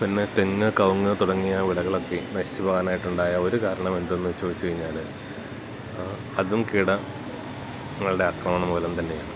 പിന്നെ തെങ്ങ് കവുങ്ങ് തുടങ്ങിയ വിളകളൊക്കെയും നശിച്ചു പോവാനായിട്ടുണ്ടായ ഒരു കാരണമെന്തെന്നു ചോദിച്ചുകഴിഞ്ഞാല് അതും കീടങ്ങളുടെ ആക്രമണം മൂലംതന്നെയാണ്